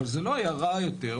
אבל זה לא היה רע יותר,